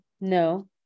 No